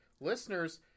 Listeners